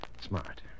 smart